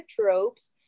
tropes